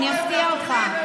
אני אפתיע אותך.